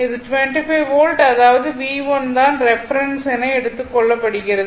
இது 25 வோல்ட் அதாவது V1 தான் ரெஃபரென்ஸ் என எடுத்துக் கொள்ளப்படுகிறது